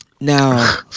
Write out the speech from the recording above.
now